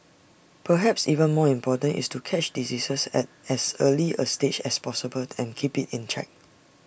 perhaps even more important is to catch diseases at as early A stage as possible and keep IT in check